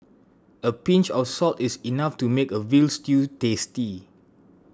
a pinch of salt is enough to make a Veal Stew tasty